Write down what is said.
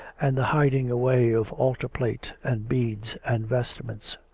and the hiding away of altar-plate and beads and vestments.